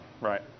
Right